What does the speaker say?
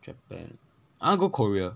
japan I want go korea